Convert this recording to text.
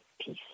peace